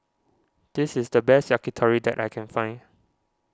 this is the best Yakitori that I can find